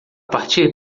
partir